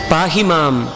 Pahimam ்